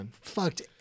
fucked